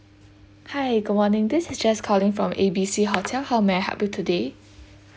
hi good morning this is jess calling from A B C hotel how may I help you today